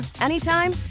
anytime